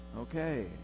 okay